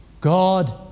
God